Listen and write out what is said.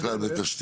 בדרך כלל בתשתית.